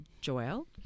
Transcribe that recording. Joel